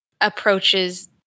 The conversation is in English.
approaches